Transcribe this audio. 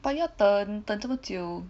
but 你要等这么久